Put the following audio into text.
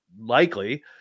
likely